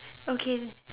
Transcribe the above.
okay